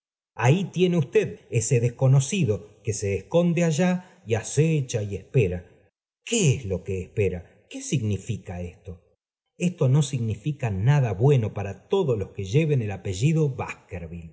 ahí tient usted ese desconocido que ko esconde alia y acecha y espera qué es lo que espeia qué significa esto esto no significa nada bueno para todos los que lleven el apellido